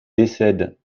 décède